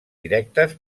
directes